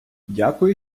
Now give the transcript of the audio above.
дякую